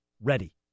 ready